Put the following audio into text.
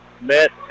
Met